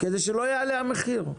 כדי שהמחיר לא יעלה.